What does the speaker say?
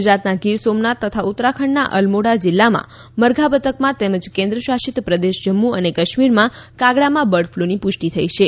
ગુજરાતના ગીર સોમનાથ તથા ઉત્તરાખંડના અલમોડા જીલ્લામાં મરઘા બતકમાં તેમજ કેન્દ્ર શાસિત પ્રદેશ જમ્મુ અને કાશ્મીરમાં કાગડામાં બર્ડ ફલુની પુષ્ટી થઇ છે